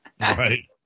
Right